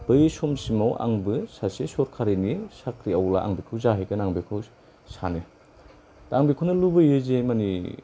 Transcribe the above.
बै समसिमाव आंबो सासे सरकारिनि साख्रिआवला आं बेखौ जाहैगोन आं बेखौ सानो दा आं बेखौनो लुबैयो जे मानि